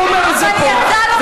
התכוון להגיד שאת מפריעה לו, זה הכול.